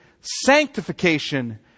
Sanctification